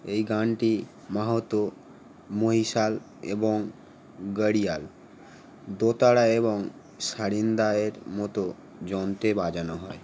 এই গানটি মাহাতো মহিশাল এবং গাড়িয়াল দোতারা এবং সারিন্দায়ের মতো যন্ত্রে বাজানো হয়